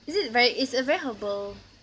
is it very it's a very herbal